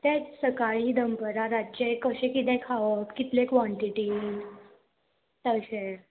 तेंच सकाळीं दपरा रातचें कशें किदें खावप कितले क्वॉन्टिटीन तशें